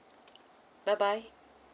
bye bye